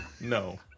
No